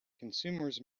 consumers